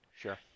Sure